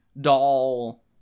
doll